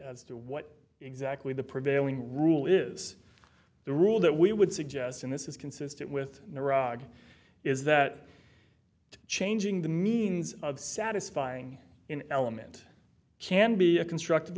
as to what exactly the prevailing rule is the rule that we would suggest and this is consistent with the rod is that changing the means of satisfying in element can be a constructive